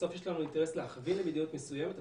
בסוף יש לנו אינטרס להכווין למדיניות מסוימת,